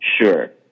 Sure